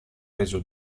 reso